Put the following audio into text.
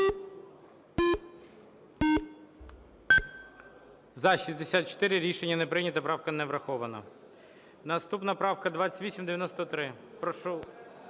За-64 Рішення не прийнято, правка не врахована. Наступна правка - 2893. Прошу,